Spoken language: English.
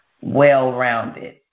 well-rounded